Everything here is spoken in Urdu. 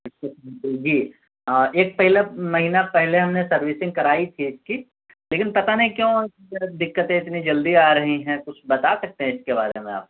جی ایک پہلا مہینہ پہلے ہم نے سروسنگ كرائی تھی اِس كی لیكن پتہ نہیں كیوں ذرا دقتیں اتنے جلدی آ رہی ہیں كچھ بتا سكتے ہیں اِس كے بارے میں آپ